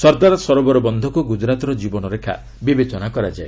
ସର୍ଦ୍ଦାର ସବରୋବର ବନ୍ଧକୁ ଗୁଜରାତ୍ର ଜୀବନରେଖା ବିବେଚନା କରାଯାଏ